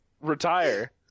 Retire